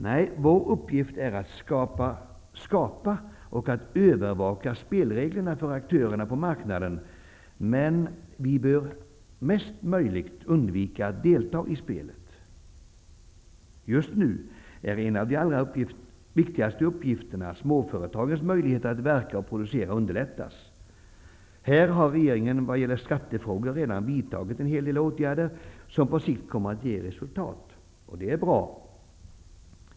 Nej, vår uppgift är att skapa och att övervaka spelreglerna för aktörerna på marknaden, men vi bör mest möjligt undvika att delta i spelet. Just nu är en av de allra viktigaste uppgifterna att småföretagens möjligheter att verka och producera underlättas. Här har regeringen vad gäller skattefrågor redan vidtagit en hel del åtgärder som på sikt kommer att ge resultat. Det är bra.